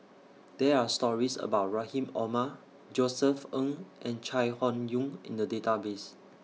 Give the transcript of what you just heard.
There Are stories about Rahim Omar Josef Ng and Chai Hon Yoong in The Database